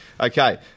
Okay